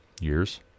years